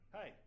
hey